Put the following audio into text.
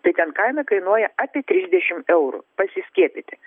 tai ten kaina kainuoja apie trisdešim eurų pasiskiepyti